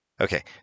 Okay